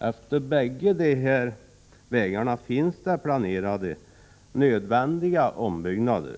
Efter bägge de här vägarna finns det planerade nödvändiga ombyggnader.